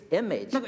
image